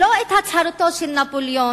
לא את הצהרתו של נפוליאון